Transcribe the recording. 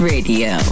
Radio